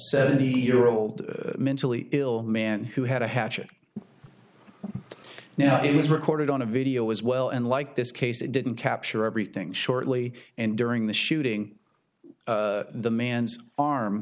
seventy year old mentally ill man who had a hatchet now it was recorded on a video as well and like this case it didn't capture everything shortly and during the shooting the man's arm